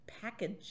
package